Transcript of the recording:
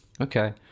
okay